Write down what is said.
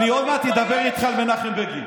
אני עוד מעט אדבר איתך על מנחם בגין.